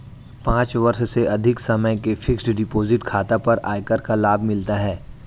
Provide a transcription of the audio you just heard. पाँच वर्ष से अधिक समय के फ़िक्स्ड डिपॉज़िट खाता पर आयकर का लाभ मिलता है